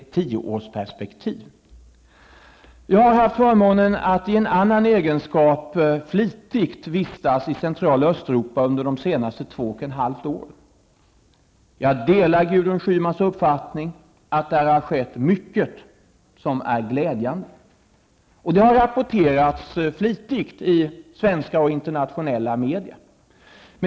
Under de senaste två och ett halvt åren har jag haft förmånen att i en annan egenskap ofta vistas i centrala Östeuropa. Jag delar Gudrun Schymans uppfattning att där har skett mycket som är glädjande, vilket flitigt har rapporterats i svenska och internationella medier.